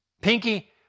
pinky